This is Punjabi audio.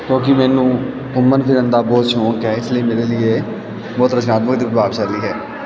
ਜੋ ਕੀ ਮੈਨੂੰ ਘੁੰਮਣ ਫਿਰਨ ਦਾ ਬਹੁਤ ਸ਼ੌਕ ਹੈ ਇਸ ਲਈ ਮੇਰੇ ਲਈਏ ਬਹੁਤ ਰਚਨਾਤਮਕ ਤੇ ਪ੍ਰਭਾਵਸ਼ਾਲੀ ਹੈ